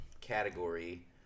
category